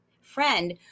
friend